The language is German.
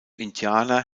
indianer